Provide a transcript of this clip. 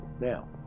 Now